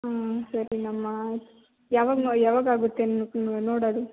ಹ್ಞೂ ಸರಿಯಮ್ಮ ಯಾವಾಗ ನೋ ಯಾವಾಗ ಆಗುತ್ತೆ ನೋಡೋದು